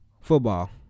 Football